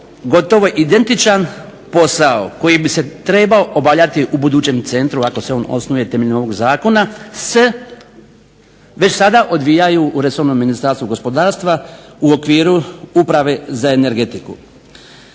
gotovo identičan posao koji bi se trebao obavljati u budućem centru ako se on osnuje temeljem ovog Zakona s već sada odvijaju u resornom Ministarstvu gospodarstva u okviru Uprave za energetiku.